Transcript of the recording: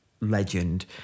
legend